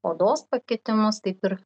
odos pakitimus kaip ir